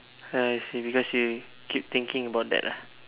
I see because you keep thinking about that ah